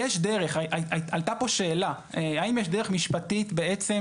עלתה פה שאלה האם יש דרך משפטית בעצם